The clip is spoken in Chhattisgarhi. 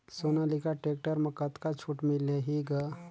सोनालिका टेक्टर म कतका छूट मिलही ग?